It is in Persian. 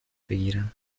بگیرم